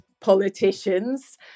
politicians